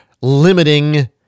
limiting